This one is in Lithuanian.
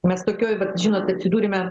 mes tokioj vat žinot atsidūrėme